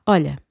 Olha